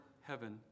heaven